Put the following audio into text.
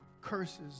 curses